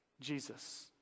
Jesus